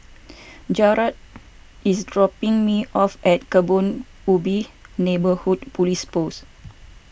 Jarad is dropping me off at Kebun Ubi Neighbourhood Police Post